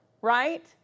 Right